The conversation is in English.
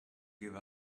give